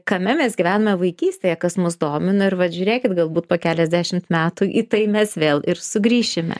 kame mes gyvenome vaikystėje kas mus domino ir vat žiūrėkit galbūt po keliasdešimt metų į tai mes vėl ir sugrįšime